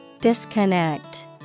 Disconnect